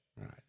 Right